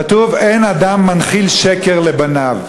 כתוב: "אין אדם מנחיל שקר לבניו".